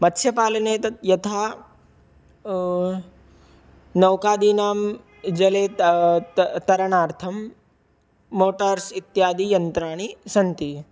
मत्स्यपालने तत् यथा नौकादीनां जले तरणार्थं मोटार्स् इत्यादि यन्त्राणि सन्ति